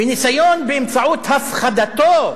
וניסיון באמצעות הפחדתו